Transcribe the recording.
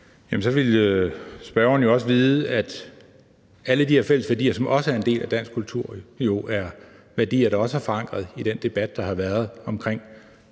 så vil spørgeren jo også vide, at alle de her fælles værdier, som også er en del af dansk kultur, jo er værdier, der også er forankret i den debat, der har været om